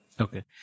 Okay